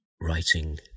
writing